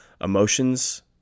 Emotions